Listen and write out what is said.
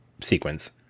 sequence